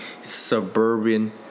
suburban